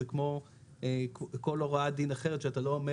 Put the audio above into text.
זה כמו כל הוראת דין אחרת אתה לא אומר